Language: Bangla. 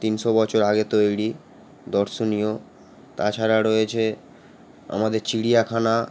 তিনশো বছর আগে তৈরি দর্শনীয় তাছাড়া রয়েছে আমাদের চিড়িয়াখানা